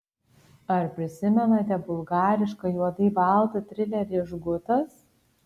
ar prisimenate bulgarišką juodai baltą trilerį žgutas